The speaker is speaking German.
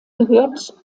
gehört